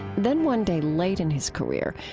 then one day late in his career,